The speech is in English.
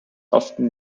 often